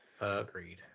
agreed